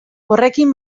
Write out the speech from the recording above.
horrekin